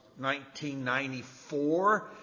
1994